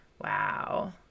Wow